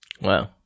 Wow